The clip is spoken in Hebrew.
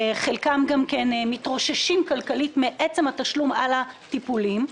חלקם גם מתרוששים כלכלית מעצם התשלום על הטיפולים.